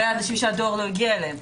לגבי אנשים שהדואר לא הגיע אליהם.